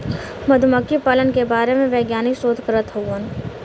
मधुमक्खी पालन के बारे में वैज्ञानिक शोध करत हउवन